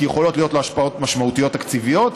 כי יכולות להיות לו השפעות משמעותיות תקציבית,